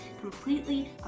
completely